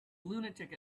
lunatic